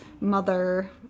mother